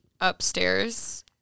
upstairs